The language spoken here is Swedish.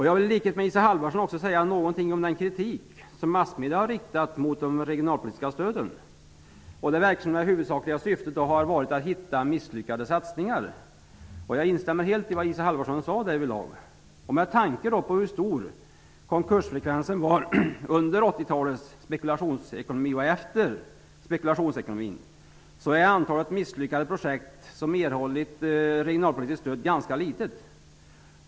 Jag vill i likhet med Isa Halvarsson också säga något om den kritik som massmedierna har riktat mot de regionalpolitiska stöden. Det verkar som om det huvudsakliga syftet har varit att hitta misslyckade satsningar. Jag instämmer helt i vad Isa Halvarsson sade därvidlag. Med tanke på hur stor konkursfrekvensen var under och efter 80-talets spekulationsekonomi, så är antalet misslyckade projekt som erhållit regionalpolitiskt stöd ganska litet.